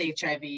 HIV